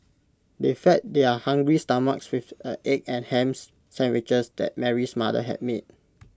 they fed their hungry stomachs with the egg and hams sandwiches that Mary's mother had made